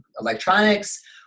electronics